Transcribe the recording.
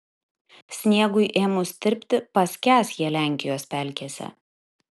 sniegui ėmus tirpti paskęs jie lenkijos pelkėse